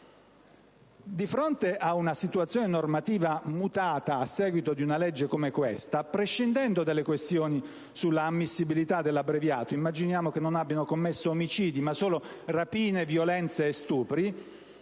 Di fronte ad una situazione normativa mutata a seguito di una legge come questa, prescindendo dalle questioni sulla ammissibilità del giudizio abbreviato (immaginiamo che non abbiano commesso omicidi, ma solo rapine, violenze e stupri),